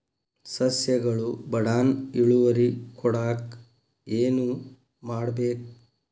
ಸಸ್ಯಗಳು ಬಡಾನ್ ಇಳುವರಿ ಕೊಡಾಕ್ ಏನು ಮಾಡ್ಬೇಕ್?